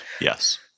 Yes